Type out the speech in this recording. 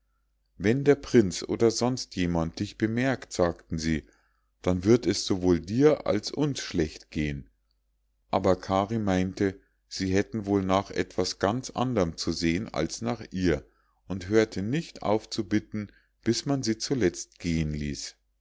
wenn der prinz oder sonst jemand dich bemerkt sagten sie dann wird es sowohl dir als uns schlecht gehen aber kari meinte sie hätten wohl nach etwas ganz anderm zu sehen als nach ihr und hörte nicht auf zu bitten bis man sie zuletzt gehen ließ